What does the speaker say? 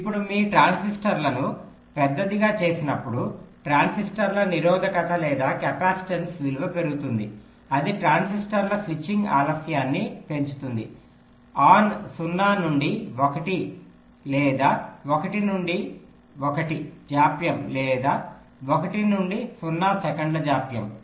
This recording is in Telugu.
ఇప్పుడు మీరు ట్రాన్సిస్టర్లను పెద్దదిగా చేసినప్పుడు ట్రాన్సిస్టర్ల నిరోధకత లేదా కెపాసిటెన్స్ విలువ పెరుగుతుంది అది ట్రాన్సిస్టర్ల స్విచ్చింగ్ ఆలస్యాన్ని పెంచుతుంది ఆన్ 0 నుండి 1 లేదా 1 నుండి 1 జాప్యం లేదా 1 నుండి 0 సె జాప్యం